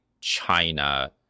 China